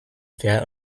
fern